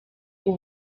ubu